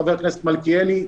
חבר הכנסת מלכיאלי,